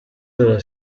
della